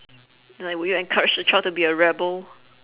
and like would you encourage the child to be a rebel